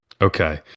Okay